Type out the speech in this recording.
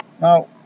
Now